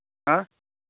हाँ